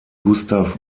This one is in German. gustav